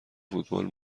فوتبال